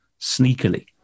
sneakily